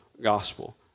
gospel